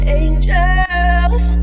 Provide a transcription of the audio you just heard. angels